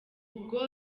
ubwo